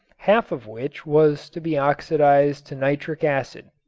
half of which was to be oxidized to nitric acid.